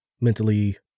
mentally